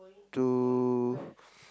to